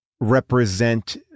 represent